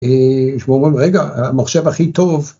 ‫אה.. שאומרים, רגע, המחשב הכי טוב...